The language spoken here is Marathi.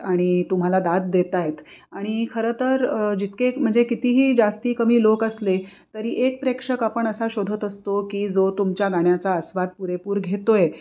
आणि तुम्हाला दाद देत आहेत आणि खरंतर जितके म्हणजे कितीही जास्त कमी लोक असले तरी एक प्रेक्षक आपण असा शोधत असतो की जो तुमच्या गाण्याचा आस्वाद पुरेपूर घेतो आहे